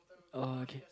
uh okay